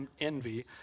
envy